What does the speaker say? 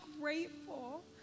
grateful